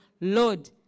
Lord